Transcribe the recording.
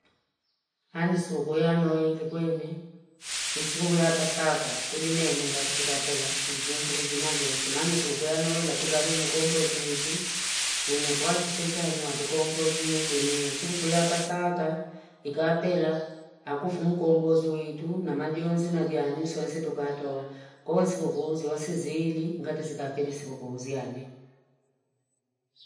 Ano siku yanoeli kwene ni sikukuu ya pasaka kulinene ngatia chikapila iviento visima vyonse mani siku ya noeli akuzaliwe mkombozi wetu unotuache se chani watukombozi umu dunia, sikukuu ya pasaka ikapela akufu mkombozi wetu namajonzi na vyanu nsi tukatoa kwahiyo sikukuu nziose ziili ngati zikapele sikukuunziani.